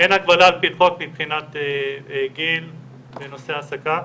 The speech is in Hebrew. אין הגבלה על פי חוק מבחינת גיל בנושא העסקה.